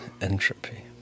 Entropy